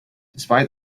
despite